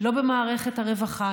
לא במערכת הרווחה,